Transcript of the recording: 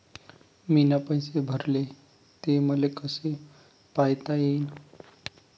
मीन पैसे भरले, ते मले कसे पायता येईन?